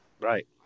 Right